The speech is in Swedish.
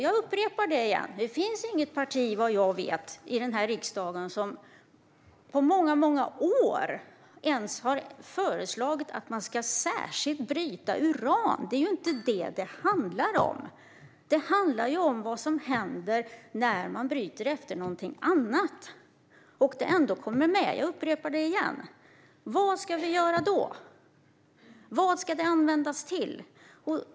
Jag upprepar det igen: Såvitt jag vet finns det inget parti i den här riksdagen som på många år ens har föreslagit att man särskilt ska bryta uran. Det är inte det som det handlar om. Det handlar ju om vad som händer när man bryter någonting annat och uran ändå kommer med. Jag upprepar det igen: Vad ska vi göra då? Vad ska det användas till?